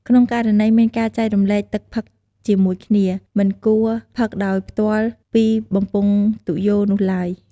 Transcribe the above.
ក្នុងករណីមានការចែករំលែកទឹកផឹកជាមួយគ្នា មិនគួរផឹកដោយផ្ទាល់ពីបំពង់ទុយោនោះឡើយ។